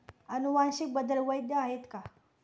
अनुवांशिक बदल वैध आहेत का?